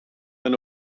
een